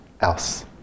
else